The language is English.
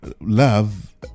love